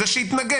זה שיתנגד.